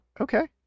Okay